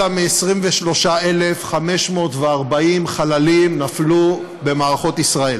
יותר מ-23,540 חללים נפלו במערכות ישראל,